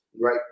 right